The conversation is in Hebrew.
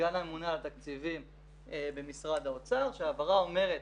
סגן הממונה על התקציבים במשרד האוצר וההבהרה אומרת